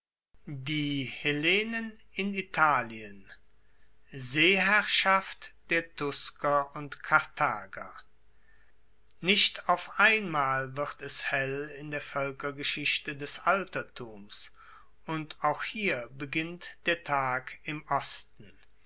die hellenen in italien seeherrschaft der tusker und karthager nicht auf einmal wird es hell in der voelkergeschichte des altertums und auch hier beginnt der tag im osten